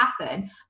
happen